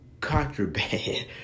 contraband